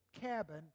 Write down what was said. cabin